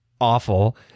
awful